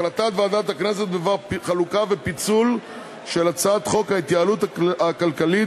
החלטת ועדת הכנסת בדבר חלוקה ופיצול של הצעת חוק ההתייעלות הכלכלית